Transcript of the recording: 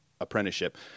apprenticeship